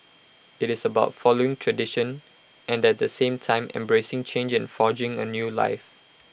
IT is about following tradition and at the same time embracing change and forging A new life